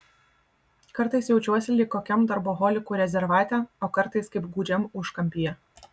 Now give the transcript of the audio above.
kartais jaučiuosi lyg kokiam darboholikų rezervate o kartais kaip gūdžiam užkampyje